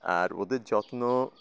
আর ওদের যত্ন